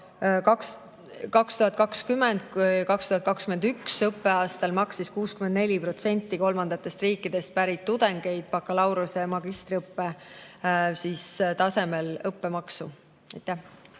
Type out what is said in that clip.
2020/21. õppeaastal maksis 64% kolmandatest riikidest pärit tudengeid bakalaureuse‑ ja magistriõppe tasemel õppemaksu.